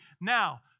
now